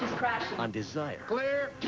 crashing. on desire. clear!